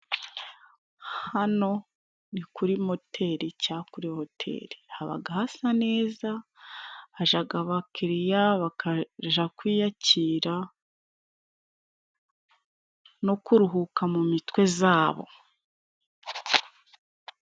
Hano ni kuri moteri cangwa kuri hoteli habaga hasa neza, hajaga abakiriya bakaja kwiyakira no kuruhuka mu mitwe zabo.